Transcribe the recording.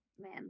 man